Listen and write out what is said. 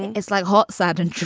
it's like hot satin,